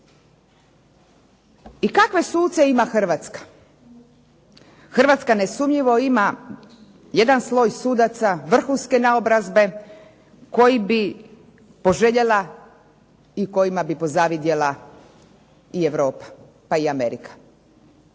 I kakve suce ima Hrvatska? Hrvatska nesumnjivo ima jedan sloj sudaca vrhunske naobrazbe kojima bi poželjela i kojima bi pozavidjela i Europa pa i Amerika.